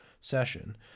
session